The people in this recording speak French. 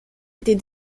étaient